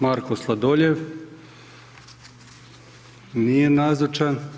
Marko Sladoljev, nije nazočan.